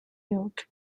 york